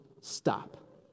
stop